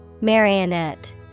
Marionette